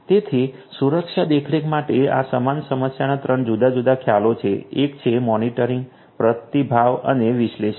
તેથી સુરક્ષા દેખરેખ માટે આ સમાન સમસ્યાના ત્રણ જુદાં જુદાં ખ્યાલો છે એક છે મોનિટરિંગ પ્રતિભાવ અને વિશ્લેષણ